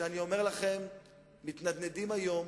שאני אומר לכם שהם מתנדנדים היום,